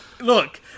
look